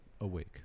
awake